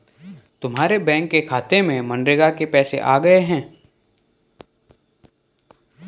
तुम्हारे बैंक के खाते में मनरेगा के पैसे आ गए हैं